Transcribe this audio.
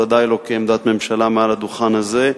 ודאי לא כעמדת ממשלה מעל הדוכן הזה.